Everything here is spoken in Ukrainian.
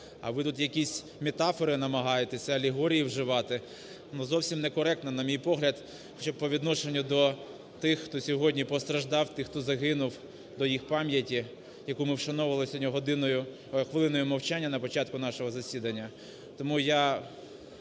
а ви тут якісь метафори намагаєтесь, алегорії вживати! Зовсім некоректно, на мій погляд, по відношенню до тих, хто сьогодні постраждав, тих, хто загинув, до їх пам'яті, яку ми вшановували сьогодні годиною… хвилиною мовчання на початку нашого засідання. Тому я